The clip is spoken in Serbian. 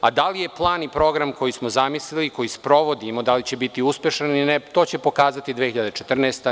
A da li je plan i program koji smo zamislili, koji sprovodimo, da li će biti uspešan ili ne, to će pokazati 2014. godina.